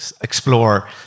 explore